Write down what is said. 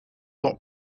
lot